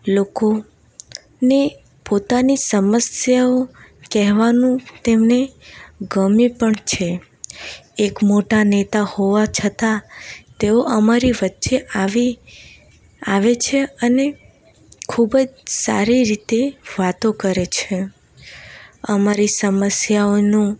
લોકોને પોતાની સમસ્યાઓ કહેવાનું તેમને ગમે પણ છે એક મોટા નેતા હોવા છતાં તેઓ અમારી વચ્ચે આવી આવે છે અને ખૂબ જ સારી રીતે વાતો કરે છે અમારી સમસ્યાઓનું